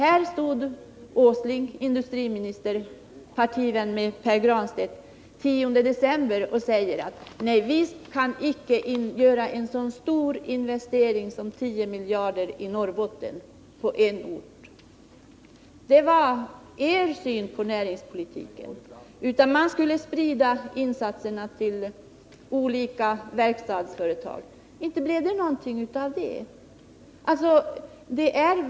Nils Åsling, industriminister och partivän till Pär Granstedt, sade den 10 december att staten inte kunde göra en så stor investering som 10 miljarder i Norrbotten på en ort — det var er syn på näringspolitiken — utan man skulle sprida insatserna till olika verkstadsföretag. Inte blev det någonting av detta!